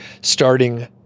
starting